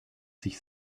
sich